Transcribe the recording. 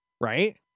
right